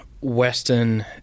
Western